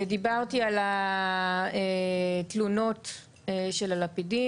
דיברתי על התלונות של הלפידים.